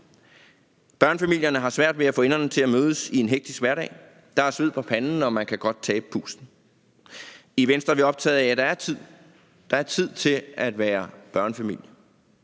Børnefamilierne har svært ved at få enderne til at mødes i en hektisk hverdag. Der er sved på panden, og man kan godt tabe pusten. I Venstre er vi optaget af, at der er tid til at være børnefamilie.